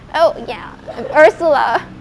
oh ya and ursula